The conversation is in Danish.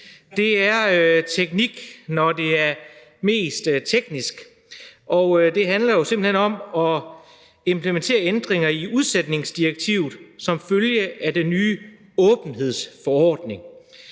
Det er teknik, når det er mest teknisk, og det handler jo simpelt hen om at implementere ændringer i udsætningsdirektivet som følge af den nye åbenhedsforordning.